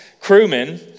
crewmen